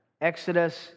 Exodus